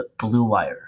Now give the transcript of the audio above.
BLUEWIRE